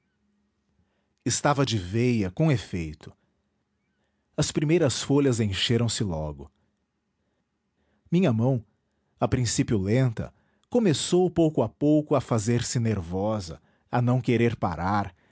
estava de veia com efeito as primeiras folhas encheram-se logo minha mão a princípio lenta começou pouco a pouco a fazer-se nervosa a não querer parar